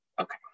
Okay